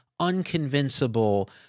unconvincible